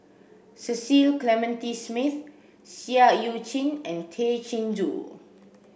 Cecil Clementi Smith Seah Eu Chin and Tay Chin Joo